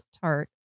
tart